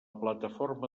plataforma